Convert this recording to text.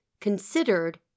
considered